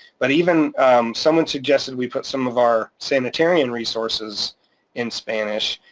but even someone suggested we put some of our sanitarian resources in spanish,